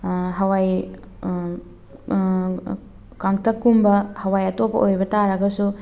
ꯍꯋꯥꯏ ꯀꯥꯡꯇꯛꯀꯨꯝꯕ ꯍꯋꯥꯏ ꯑꯇꯣꯞꯄ ꯑꯣꯏꯕ ꯇꯥꯔꯒꯁꯨ